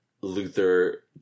Luther